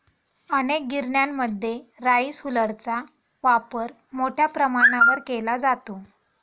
अनेक गिरण्यांमध्ये राईस हुलरचा वापर मोठ्या प्रमाणावर केला जातो